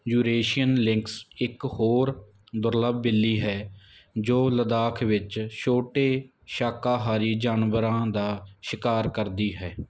Eurasian lynx ਇੱਕ ਹੋਰ ਦੁਰਲਭ ਬਿੱਲੀ ਹੈ ਜੋ ਲੱਦਾਖ ਵਿੱਚ ਛੋਟੇ ਸ਼ਾਕਾਹਾਰੀ ਜਾਨਵਰਾਂ ਦਾ ਸ਼ਿਕਾਰ ਕਰਦੀ ਹੈ